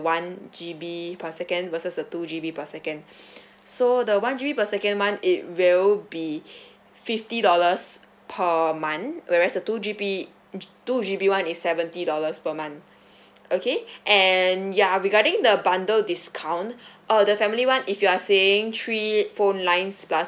one G_B per second versus the two G_B per second so the one G_B per second month it will be fifty dollars per month whereas the two G_B two G_B one is seventy dollars per month okay and ya regarding the bundle discount uh the family one if you are saying three phone lines plus